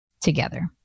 together